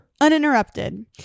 uninterrupted